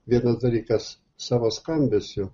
vienas dalykas savo skambesiu